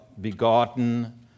begotten